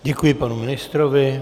Děkuji panu ministrovi.